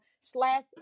slash